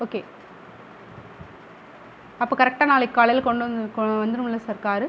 okay அப்போ கரெக்டாக நாளைக்கு காலையில் கொண்டு வந்து கொ வந்துடும்ல சார் காரு